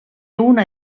una